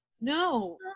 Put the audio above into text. no